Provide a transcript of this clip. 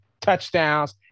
touchdowns